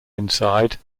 inside